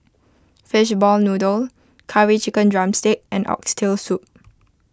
Fishball Noodle Curry Chicken Drumstick and Oxtail Soup